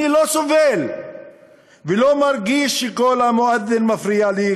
אני לא סובל ולא מרגיש שקול המואד'ין מפריע לי,